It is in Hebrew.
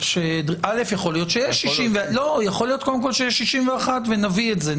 יכול להיות שיש 61 ונביא את זה,